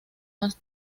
más